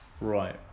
Right